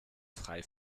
frei